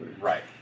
Right